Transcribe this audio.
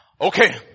Okay